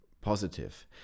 positive